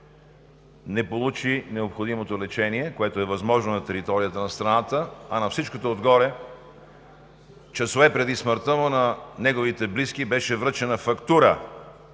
не получи необходимото лечение – възможно на територията на страната. А на всичкото отгоре часове преди смъртта му на неговите близки беше връчена фактура